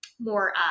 more